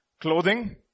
clothing